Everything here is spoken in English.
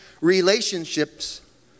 relationships